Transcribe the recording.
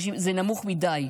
64%. זה נמוך מדי.